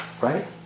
right